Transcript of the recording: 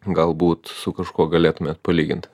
galbūt su kažkuo galėtumėt palygint